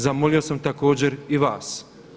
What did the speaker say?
Zamolio sam također i vas.